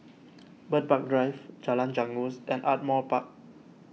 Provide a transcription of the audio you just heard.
Bird Park Drive Jalan Janggus and Ardmore Park